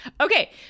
Okay